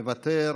מוותר,